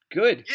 good